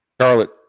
charlotte